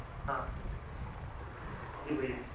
हाँ जी भैया